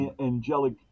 angelic